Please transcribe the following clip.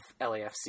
LAFC